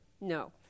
No